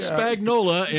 Spagnola